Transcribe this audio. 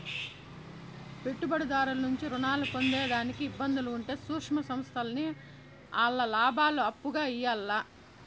పెట్టుబడిదారుల నుంచి రుణాలు పొందేదానికి ఇబ్బందులు ఉంటే సూక్ష్మ సంస్థల్కి ఆల్ల లాబాలు అప్పుగా ఇయ్యాల్ల